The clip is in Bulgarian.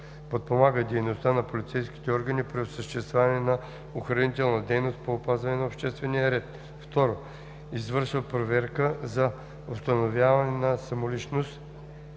подпомага дейността на полицейските органи при осъществяване на охранителна дейност по опазване на обществения ред; 2. извършва проверка за установяване на самоличност;